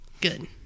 Good